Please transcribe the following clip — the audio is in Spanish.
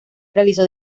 realizó